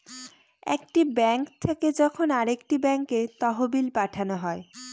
একটি ব্যাঙ্ক থেকে যখন আরেকটি ব্যাঙ্কে তহবিল পাঠানো হয়